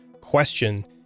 question